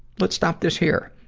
let's stop this here.